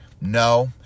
No